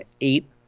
eight